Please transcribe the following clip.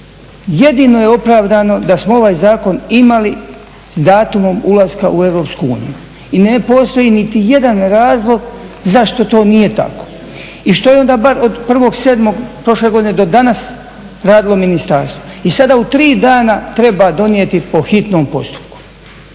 Jedino je opravdano da smo ovaj zakon imali s datumom ulaska u Europsku uniju i ne postoji niti jedan razlog zašto to nije tako i što je onda bar od 1.7. prošle godine do danas radilo ministarstvo. I sada u 3 dana treba donijeti po hitnom postupku.